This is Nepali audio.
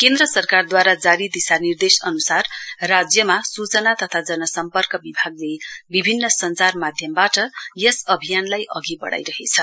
केन्द्र सरकारद्वारा दिशानिर्देश अनुसार राज्यमा सुचना तथा जन सम्पर्क विभागले विभिन्न संचार माध्यमवाट यस अभियानलाई अघि बढ़ाइरहेछ